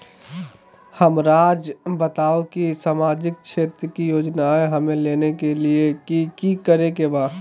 हमराज़ बताओ कि सामाजिक क्षेत्र की योजनाएं हमें लेने के लिए कि कि करे के बा?